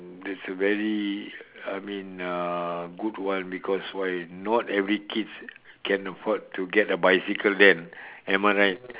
that's a very I mean uh good one because why not every kid can afford to get a bicycle then am I right